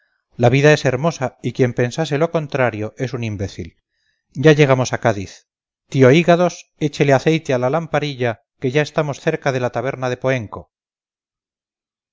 la vida es hermosa y quien pensase lo contrario es un imbécil ya llegamos a cádiz tío hígados eche aceite a la lamparilla que ya estamos cerca de la taberna de poenco